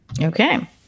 Okay